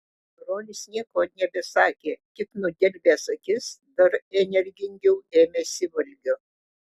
brolis nieko nebesakė tik nudelbęs akis dar energingiau ėmėsi valgio